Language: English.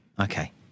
Okay